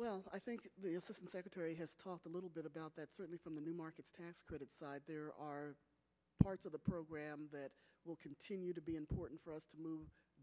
well i think the secretary has talked a little bit about that certainly from the new markets tax credit side there are parts of the program that will continue to be important for us to